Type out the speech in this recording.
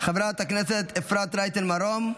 חברת הכנסת אפרת רייטן מרום,